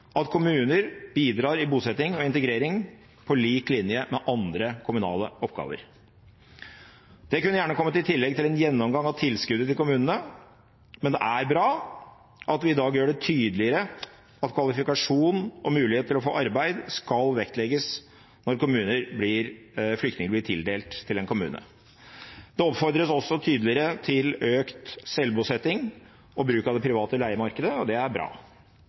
at kommuner bidrar i bosetting og integrering på lik linje med andre kommunale oppgaver. Det kunne gjerne kommet i tillegg til en gjennomgang av tilskuddet til kommunene, men det er bra at vi i dag gjør det tydeligere at kvalifikasjoner og mulighet til å få arbeid skal vektlegges når flyktninger blir tildelt en kommune. Det oppfordres også tydeligere til økt selvbosetting og bruk av det private leiemarkedet, og det er bra,